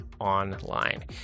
online